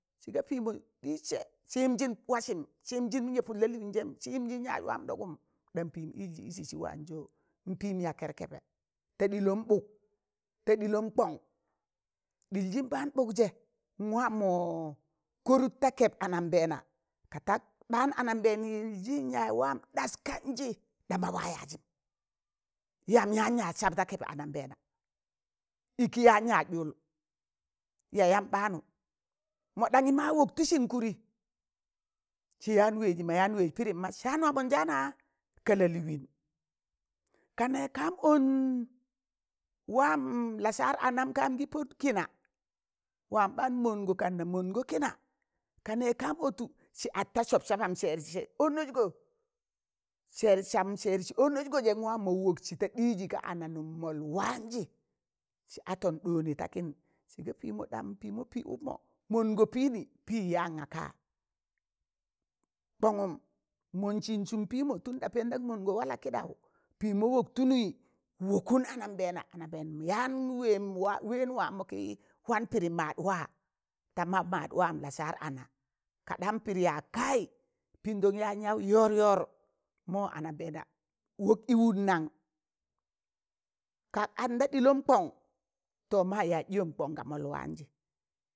Sịga pịịmọ ɗiịzsẹ sị yịmjịn wasịm, sị yịmzịn yẹ pụd lalịịnzẹm, sị yịmzịn yaz wam ɗọgụm, ɗam pịịm ịlsịn ịsị sị waan zọ, npịịm ya kẹrkebẹ ta ɗilọm ɓụk ta ɗịlọm kọng ɗịlzịn ɓaan ɓụkzẹ a wam mọ kọrụt ta kẹb ananbẹena ka tak anambẹẹn yịmjịn yaz wam ɗas kanjị, ɗam wa yaajịm yam yaan yaz sab da keb anaambeena, iki yaan ya ɗụl yayam ɓaanụ mọ ɗangị ma wọktọsịn kụdị, sị yaan wẹẹzị ma yaan wẹẹz pịdịm ma saan wamanjaana ka lalịịwịn, ka nẹg kam ọn waam lasaar anam kaan gị pod kịna wam ɓaan mọm gọ kan mọnd gọ kịna ka nẹg kam ọtụ sị ad ta sọp sabam sẹẹrsị ọnagọ sẹẹr sam sẹẹrsị anasgọ, zẹ a wam mọ wọksị ta kaba ɗịịjị ka ana nụm mọl waanzị, sị atọn ɗọọnị takịn sị pịịmọ ɗam pịịmọ pị ụkmọ mọnd gọ pịịnị ɗam pịị ni yaam ngaka? kọngụm mọnsịn sụm pịịmọ pẹndan mọdgọ wa la kiɗaụ, pịịmọ wọk tụnị wọkụn anambẹẹna, anambẹẹn yaan wẹẹn wọm mọ kị wan pịdị mad wa ta ma mad wam lasaar ana, kaɗam pịdị yagkayị pịịndọn yaan yaụ yor yor, mọ anambẹẹna wọk ị wụn nan, ka anda ɗịlọm kọn to ma yaz ɗịyọn kọn ka mọlwaanjị.